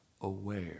aware